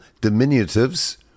diminutives